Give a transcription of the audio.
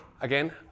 Again